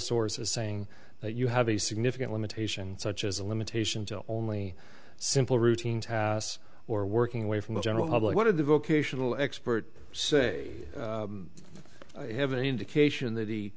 sources saying you have a significant limitation such as a limitation to only simple routine tasks or working away from the general public one of the vocational expert say you have an indication that he